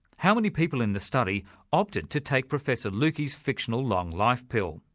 how many people in the study opted to take professor lucke's fictional long life pill,